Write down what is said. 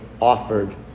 offered